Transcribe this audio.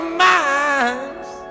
minds